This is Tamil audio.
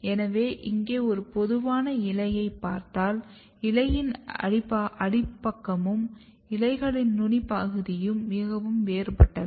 எனவே இங்கே ஒரு பொதுவான இலையைப் பார்த்தால் இலையின் அடிப்பக்கமும் இலைகளின் நுனிப்பகுதியும் மிகவும் வேறுபட்டவை